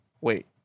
wait